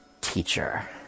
teacher